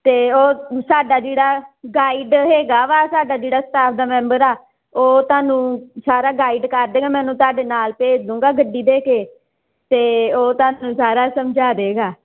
ਅਤੇ ਉਹ ਸਾਡਾ ਜਿਹੜਾ ਗਾਈਡ ਹੈਗਾ ਵਾ ਸਾਡਾ ਜਿਹੜਾ ਸਟਾਫ ਦਾ ਮੈਂਬਰ ਆ ਉਹ ਤੁਹਾਨੂੰ ਸਾਰਾ ਗਾਈਡ ਕਰ ਦੇਗਾ ਮੈਂ ਉਹਨੂੰ ਤੁਹਾਡੇ ਨਾਲ ਭੇਜ ਦੂੰਗਾ ਗੱਡੀ ਦੇ ਕੇ ਅਤੇ ਉਹ ਤੁਹਾਨੂੰ ਸਾਰਾ ਸਮਝਾ ਦੇਗਾ